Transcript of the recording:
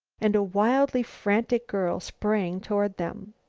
and a wildly frantic girl sprang toward them.